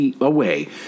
away